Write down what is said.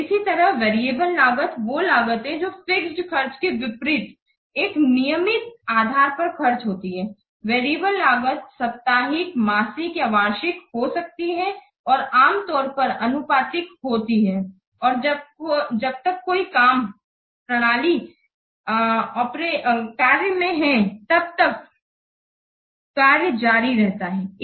इसी तरह वेरिएबल लागत वो लागत है जो फिक्स्ड खर्च के विपरीत एक नियमित आधार पर खर्च होती है वेरिएबल लागत साप्ताहिक मासिक या वार्षिक हो सकती और आमतौर पर आनुपातिक होती हैं और जब तक कोई काम प्रणाली कार्य ऑपरेशन में है तब तक जारी रहती है